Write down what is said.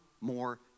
more